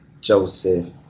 Joseph